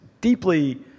deeply